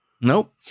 Nope